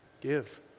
Give